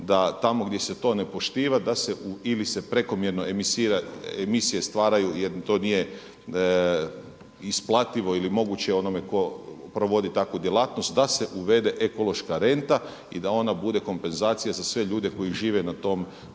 da tamo gdje se to ne poštuje da se ili se prekomjerno emisije stvaraju jer im to nije isplativo ili moguće onome tko provodi takvu djelatnost da se uvede ekološka renta i da ona bude kompenzacija za sve ljude koji žive na tom